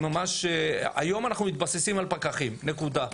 היום אנחנו מתבססים על פקחים, נקודה.